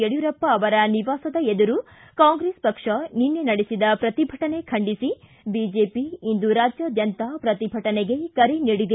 ಯಡ್ಕೂರಪ್ಪ ಅವರ ನಿವಾಸದ ಎದರು ಕಾಂಗ್ರೆಸ್ ಪಕ್ಷ ನಿನ್ನೆ ನಡೆಸಿದ ಪ್ರತಿಭಟನೆ ಖಂಡಿಸಿ ಬಿಜೆಪಿ ಇಂದು ರಾಜ್ಯಾದ್ಯಂತ ಪ್ರತಿಭಟನೆಗೆ ಕರೆ ನೀಡಿದೆ